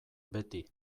beti